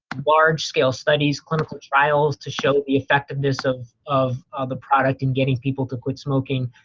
large-scale studies, clinical trials to show the effectiveness of of the product in getting people to quit smoking.